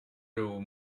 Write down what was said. room